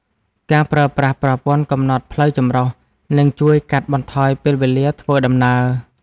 ការប្រើប្រាស់ប្រព័ន្ធកំណត់ផ្លូវចម្រុះ នឹងជួយកាត់បន្ថយពេលវេលាធ្វើដំណើរ។